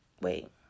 wait